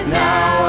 now